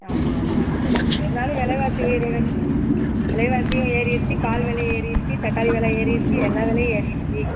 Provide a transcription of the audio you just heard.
ஆமாம் ஆமாம் ஆமாம் இருந்தாலும் விலைவாசி ஏறிடிச்சு விலைவாசியும் ஏறிடிச்சு பால் விலையும் ஏறிடிச்சு தக்காளி விலையும் ஏறிடிச்சு எல்லா விலையும் ஏறிடிச்சு